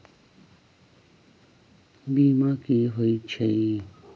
बीमा कि होई छई?